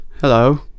Hello